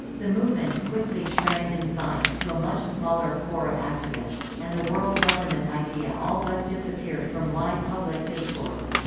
the movement quickly shrank in size to a much smaller core of activists, and the world government idea all but disappeared from wide public discourse.